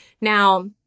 Now